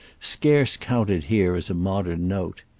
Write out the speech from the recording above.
scarce counted here as a modern note.